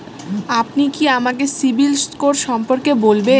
আপনি কি আমাকে সিবিল স্কোর সম্পর্কে বলবেন?